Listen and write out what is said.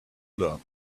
learn